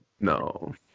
no